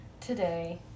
today